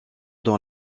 dans